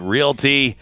Realty